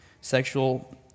Sexual